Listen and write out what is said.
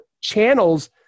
channels